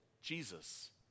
Jesus